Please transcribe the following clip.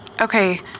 okay